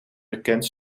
bekend